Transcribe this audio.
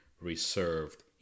reserved